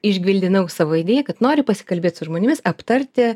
išgvildenau savo idėją kad noriu pasikalbėt su žmonėmis aptarti